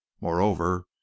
Moreover